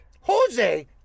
Jose